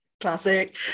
classic